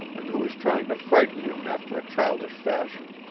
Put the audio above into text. and who was trying to frighten him after a childish fashion.